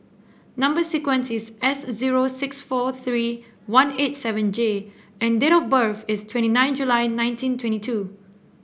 number sequence is S zero six four three one eight seven J and date of birth is twenty nine July nineteen twenty two